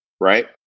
right